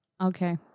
Okay